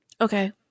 Okay